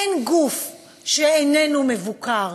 אין גוף שאיננו מבוקר,